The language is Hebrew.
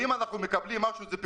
ואם אנחנו מקבלים משהו אז אנחנו מקבלים